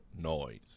Noise